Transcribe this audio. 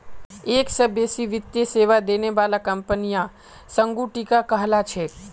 एक स बेसी वित्तीय सेवा देने बाला कंपनियां संगुटिका कहला छेक